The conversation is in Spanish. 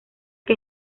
que